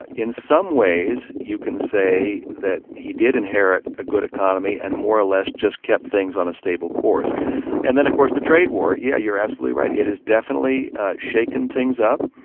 but in some ways, you can say that he did inherit a good economy and more or less just kept things on a stable course and then, of course, the trade war. yeah, you're absolutely right. it is definitely shaking things up.